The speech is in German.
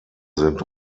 sind